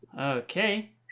Okay